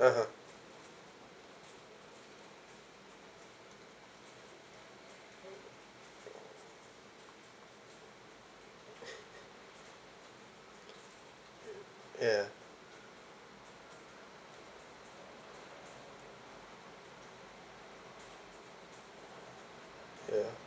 (uh huh) ya ya